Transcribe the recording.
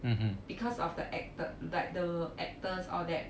because of the acted like the actors all that